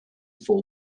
for